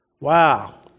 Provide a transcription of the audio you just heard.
Wow